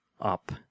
up